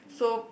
so